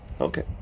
Okay